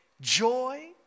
joy